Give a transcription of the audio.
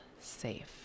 safe